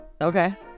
Okay